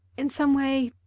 in some way.